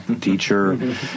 teacher